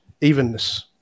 evenness